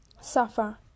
Suffer